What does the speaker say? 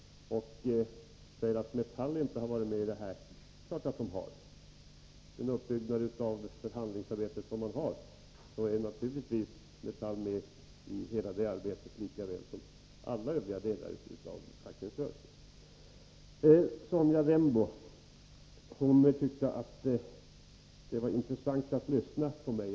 Han säger att Metall inte har varit med om avtalet. Men det är klart att de har. Den uppbyggnad av förhandlingsarbetet som man har innebär att Metall naturligtvis är med i hela detta arbete lika väl som alla övriga delar av fackföreningsrörelsen. Sonja Rembo tyckte att det var intressant att lyssna på mig.